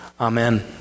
Amen